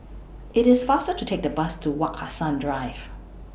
IT IS faster to Take The Bus to Wak Hassan Drive